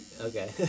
Okay